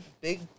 Big